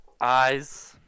Eyes